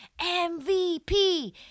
MVP